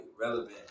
relevant